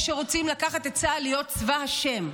שרוצים לקחת את צה"ל להיות צבא השם.